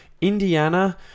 Indiana